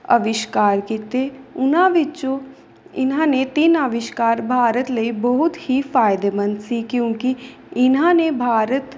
ਅਵਿਸ਼ਕਾਰ ਕੀਤੇ ਉਹਨਾਂ ਵਿੱਚੋਂ ਇਹਨਾਂ ਨੇ ਤਿੰਨ ਅਵਿਸ਼ਕਾਰ ਭਾਰਤ ਲਈ ਬਹੁਤ ਹੀ ਫਾਇਦੇਮੰਦ ਸੀ ਕਿਉਂਕਿ ਇਹਨਾਂ ਨੇ ਭਾਰਤ